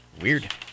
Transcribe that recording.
Weird